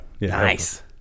Nice